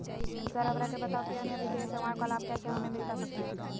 Sir हमरा के बताओ कि अन्य वित्तीय सेवाओं का लाभ कैसे हमें मिलता सकता है?